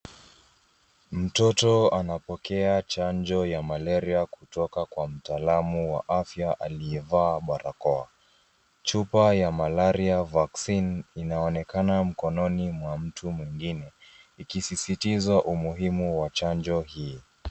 Mtoto anapokea chanjo ya malaria kutoka kwa mtaalamu wa afya aliyevaa barakoa. Chupa ya malaria vaccine inaonekana mkononi mwa mtu mwingine, ikisisitiza umuhimu wa chanjo hii.